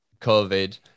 COVID